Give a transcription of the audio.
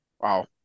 Wow